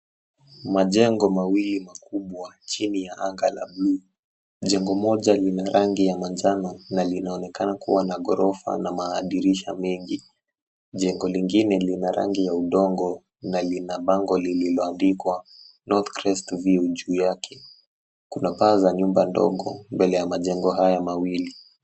Majengo mawaili makubwa, chini ya anga la buluu. Jengo moja lina rangi ya manjano na linaonekana kuwa na ghorofa na madirisha mengi. Jengo lingine lina rangi ya udongo na lina bango lililoandikwa North Crest View juu yake. Kuna paa za nyumba ndogo mbele ya majengo haya mawili.